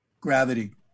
Gravity